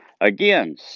Again